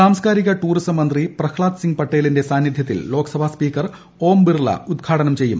സാംസ്കാരിക ടൂറിസം മന്ത്രി പ്രഹ്ളാദ് സിങ് പട്ടേലിന്റെ സാന്നിധ്യത്തിൽ ലോക്സഭാ സ്പീക്കർ ഓംബിർള ഉദ്ഘാടനം ചെയ്യും